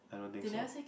I don't think so